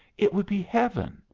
it would be heaven!